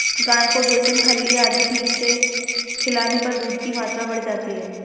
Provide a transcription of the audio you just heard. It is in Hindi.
गायों को बेसन खल्ली आदि ठीक से खिलाने पर दूध की मात्रा बढ़ जाती है